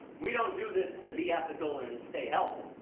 we don't do this to be ethical and stay healthy.